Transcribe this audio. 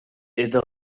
iddo